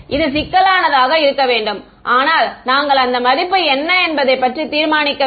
இது சிக்கலானதாக இருக்க வேண்டும் ஆனால் நாங்கள் அந்த மதிப்பு என்ன என்பதை பற்றி தீர்மானிக்கவில்லை